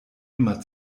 immer